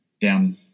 down